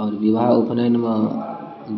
आओर विवाह उपनयनमे